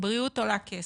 בריאות עולה כסף.